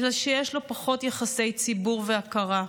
אלא שיש לו פחות יחסי ציבור והכרה.